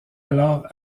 alors